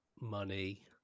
money